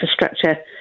infrastructure